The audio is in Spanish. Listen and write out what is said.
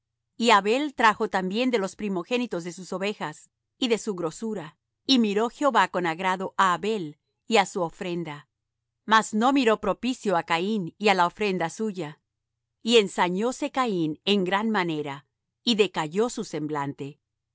y abel trajo también de los primogénitos de sus ovejas y de su grosura y miró jehová con agrado á abel y á su ofrenda mas no miró propicio á caín y á la ofrenda suya y ensañóse caín en gran manera y decayó su semblante